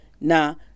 now